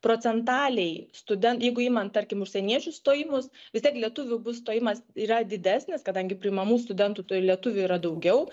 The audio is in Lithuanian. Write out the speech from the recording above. procentaliai studen jeigu imant tarkim užsieniečių stojimus vis tiek lietuvių bus stojimas yra didesnis kadangi priimamų studentų tai lietuvių yra daugiau